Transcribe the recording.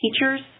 teachers